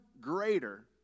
greater